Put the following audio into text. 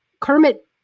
Kermit